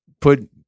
Put